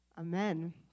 Amen